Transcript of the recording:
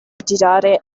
girare